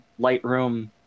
Lightroom